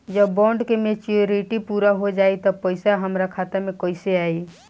जब बॉन्ड के मेचूरिटि पूरा हो जायी त पईसा हमरा खाता मे कैसे आई?